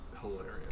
hilarious